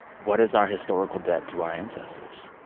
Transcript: what is our historical debt to our ancestors?